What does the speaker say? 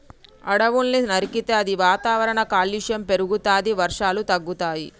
అడవుల్ని నరికితే అది వాతావరణ కాలుష్యం పెరుగుతది, వర్షాలు తగ్గుతయి